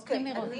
אוקיי,